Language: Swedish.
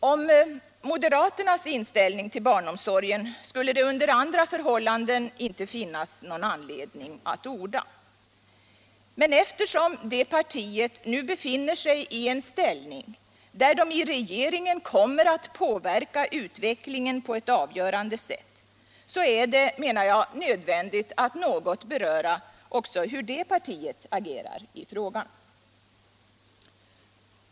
Om moderaternas inställning till barnomsorgen skulle det under andra förhållanden inte finnas någon anledning att orda, men eftersom det partiet nu befinner sig i en ställning där det i regeringen kommer att påverka utvecklingen på ett avgörande sätt är det, menar jag, nödvändigt att något beröra också hur det partiet kommer att agera i frågan.